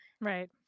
Right